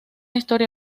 historia